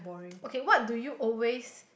okay what do you always